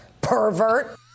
pervert